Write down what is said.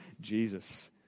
Jesus